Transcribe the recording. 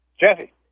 Jeffy